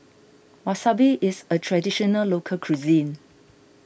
Wasabi is a Traditional Local Cuisine